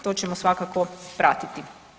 To ćemo svakako pratiti.